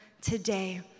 today